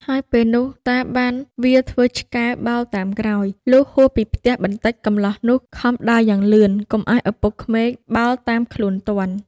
ហើយពេលនោះ តាបានវារធ្វើឆ្កែបោលតាមក្រោយ លុះហួសពីផ្ទះបន្តិចកម្លោះនោះខំដើរយ៉ាងលឿន កុំឱ្យឪពុកក្មេកបោលតាមខ្លួនទាន់។